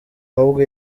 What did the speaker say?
ahubwo